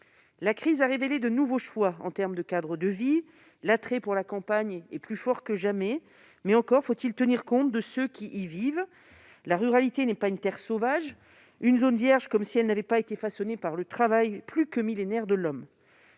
La crise a révélé de nouveaux choix en termes de cadre de vie. L'attrait pour la campagne est plus fort que jamais. Encore faut-il tenir compte de ceux qui y vivent. La ruralité n'est pas une terre sauvage, non plus qu'une zone vierge qui n'aurait pas été façonnée par le travail plus que millénaire de l'homme.